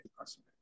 awesome